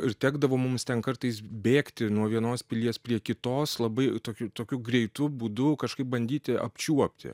ir tekdavo mums ten kartais bėgti nuo vienos pilies prie kitos labai tokiu tokiu greitu būdu kažkaip bandyti apčiuopti